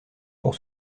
pour